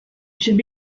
should